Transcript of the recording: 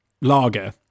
lager